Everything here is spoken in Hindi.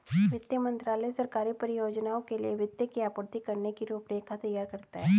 वित्त मंत्रालय सरकारी परियोजनाओं के लिए वित्त की आपूर्ति करने की रूपरेखा तैयार करता है